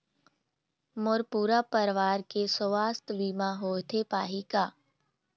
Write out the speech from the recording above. मोर पूरा परवार के सुवास्थ बीमा होथे पाही का?